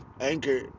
Anchor